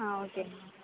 ah okay ma'am